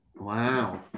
Wow